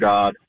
God